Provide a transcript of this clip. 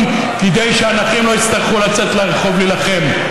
כדי שהנכים לא יצטרכו לצאת לרחוב להילחם.